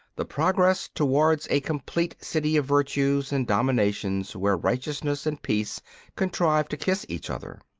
the progress towards a complete city of virtues and dominations where righteousness and peace contrive to kiss each other.